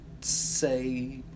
say